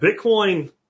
Bitcoin